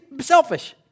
selfish